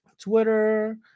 Twitter